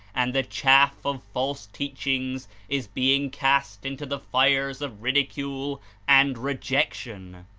and the chaff of false teach ings is being cast into the fires of ridicule and rejec tion.